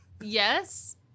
Yes